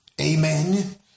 amen